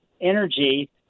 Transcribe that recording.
energy